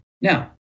Now